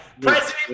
President